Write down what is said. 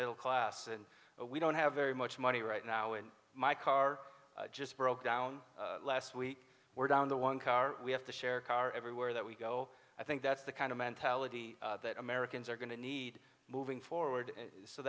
middle class and we don't have very much money right now in my car just broke down last week were down the one car we have to share a car everywhere that we go i think that's the kind of mentality that americans are going to need moving forward so